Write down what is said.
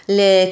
le